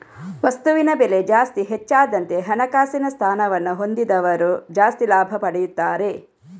ವಸ್ತುವಿನ ಬೆಲೆ ಜಾಸ್ತಿ ಹೆಚ್ಚಾದಂತೆ ಹಣಕಾಸಿನ ಸ್ಥಾನವನ್ನ ಹೊಂದಿದವರು ಜಾಸ್ತಿ ಲಾಭ ಪಡೆಯುತ್ತಾರೆ